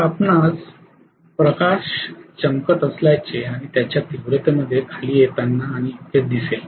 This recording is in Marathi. तर आपणास प्रकाश चमकत असल्याचे आणि त्याच्या तीव्रतेमध्ये खाली येताना आणि इतकेच दिसेल